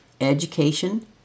education